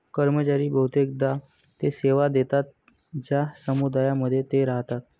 कर्मचारी बहुतेकदा ते सेवा देतात ज्या समुदायांमध्ये ते राहतात